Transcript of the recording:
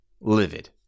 livid